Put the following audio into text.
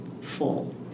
full